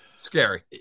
Scary